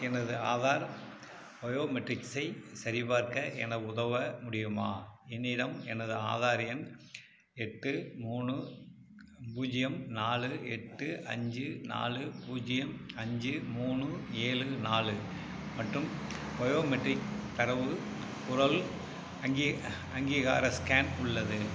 எனது ஆதார் பயோமெட்ரிக்ஸை சரிபார்க்க என உதவ முடியுமா என்னிடம் எனது ஆதார் எண் எட்டு மூணு பூஜ்யம் நாலு எட்டு அஞ்சு நாலு பூஜ்யம் அஞ்சு மூணு ஏழு நாலு மற்றும் பயோமெட்ரிக் தரவு குரல் அங்கீ அங்கீகார ஸ்கேன் உள்ளது